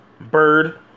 bird